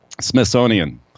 Smithsonian